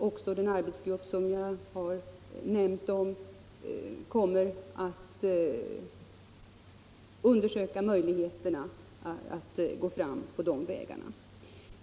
Även den arbetsgrupp jag nämnt kommer att undersöka möjligheterna att gå fram på de vägarna.